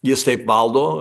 jis taip valdo